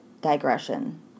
digression